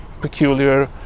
peculiar